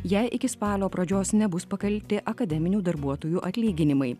jei iki spalio pradžios nebus pakalti akademinių darbuotojų atlyginimai